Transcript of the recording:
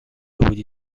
بودی